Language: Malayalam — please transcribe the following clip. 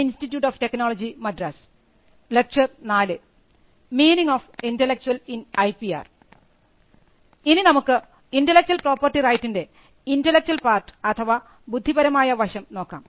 ഇനി നമുക്ക് ഇന്റെലക്ച്വൽ പ്രോപ്പർട്ടി റൈറ്റിൻറെ ഇന്റെലക്ച്വൽ പാർട്ട് അഥവാ ബുദ്ധിപരമായ വശം നോക്കാം